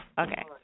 Okay